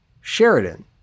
Sheridan